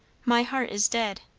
my heart is dead!